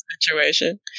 situation